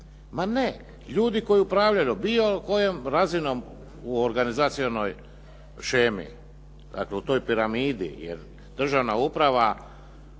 Ma ne, ljudi koji upravljaju bilo kojom razinom u organizacionoj shemi, dakle u toj piramidi jer državna uprava